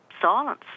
silence